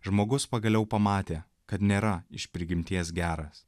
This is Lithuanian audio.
žmogus pagaliau pamatė kad nėra iš prigimties geras